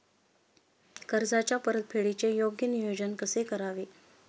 कर्जाच्या परतफेडीचे योग्य नियोजन कसे करावे?